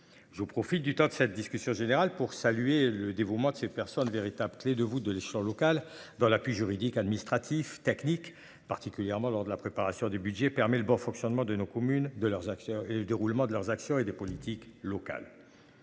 Je profite du temps de cette discussion générale pour saluer le dévouement de ces personnes véritable clé de voûte de l'échelon local dans l'appui juridique, administratif, technique particulièrement lors de la préparation du budget permet le bon fonctionnement de nos communes de leurs actions et le déroulement de leurs actions et des politiques locales.